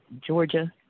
Georgia